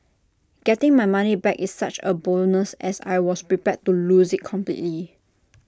getting my money back is such A bonus as I was prepared to lose IT completely